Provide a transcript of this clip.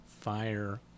Fire